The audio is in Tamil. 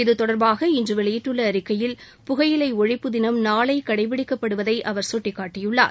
இது தொடர்பாக இன்று அவர் வெளியிட்டுள்ள அறிக்கையில் புகையிலை ஒழிப்புதினம் நாளை கடைபிடிக்கப்படுவதை சுட்டிக்காட்டியுள்ளார்